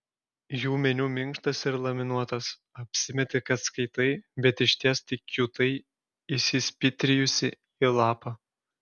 jų meniu minkštas ir laminuotas apsimeti kad skaitai bet išties tik kiūtai įsispitrijusi į lapą